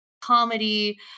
comedy